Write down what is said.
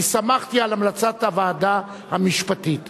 כי סמכתי על המלצת הוועדה המשפטית.